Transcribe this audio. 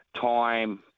time